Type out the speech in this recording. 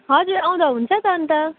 हजुर आउँदा हुन्छ त अन्त